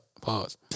Pause